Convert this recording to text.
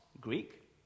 Greek